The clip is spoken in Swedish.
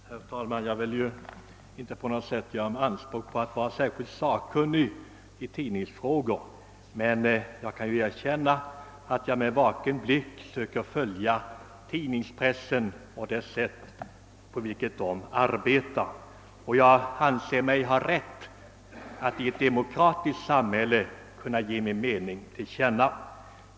Herr talman! Jag vill inte på något sätt göra anspråk på att vara särskilt sakkunnig i tidningsfrågor, men jag kan ju erkänna att jag med vaken blick söker följa tidningspressen och journalisternas sätt att arbeta; och jag anser mig ha rätt att i ett demokratiskt samhälle ge till känna min mening i det avseendet.